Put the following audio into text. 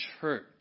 church